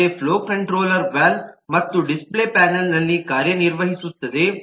ಆದರೆ flow controller valve ಮತ್ತು display ಪ್ಯಾನಲ್ನಲ್ಲಿ ಕಾರ್ಯನಿರ್ವಹಿಸುತ್ತದೆ